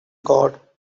god